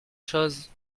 choses